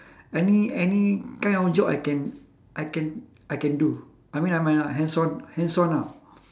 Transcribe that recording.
any any kind of job I can I can I can do I mean I'm a hands on hands on ah